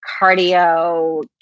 cardio